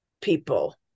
people